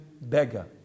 beggar